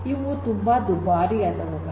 ಇವು ತುಂಬಾ ದುಬಾರಿಯಾದವುಗಳು